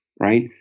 Right